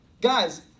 guys